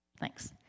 Thanks